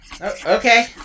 Okay